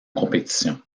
compétition